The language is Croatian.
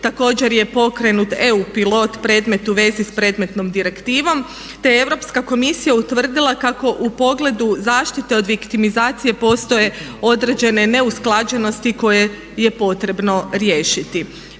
također je pokrenut EU pilot predmet u vezi s predmetnom direktivom, te je Europska komisija utvrdila kako u pogledu zaštite od viktimizacije postoje određene neusklađenosti koje je potrebno riješiti.